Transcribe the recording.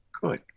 good